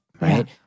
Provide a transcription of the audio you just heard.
right